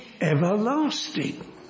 everlasting